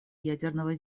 ядерного